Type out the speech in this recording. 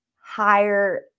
higher